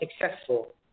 successful